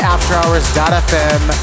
AfterHours.fm